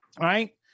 Right